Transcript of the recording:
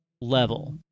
level